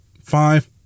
five